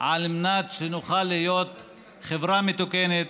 על מנת שנוכל להיות חברה מתוקנת,